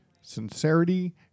sincerity